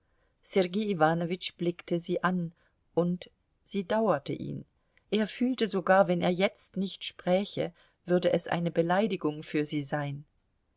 sergei iwanowitsch blickte sie an und sie dauerte ihn er fühlte sogar wenn er jetzt nicht spräche würde es eine beleidigung für sie sein